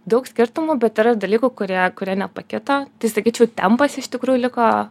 daug skirtumų bet yra dalykų kurie kurie nepakito tai sakyčiau tempas iš tikrųjų liko